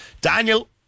Daniel